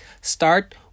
start